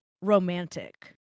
romantic